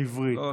בעברית,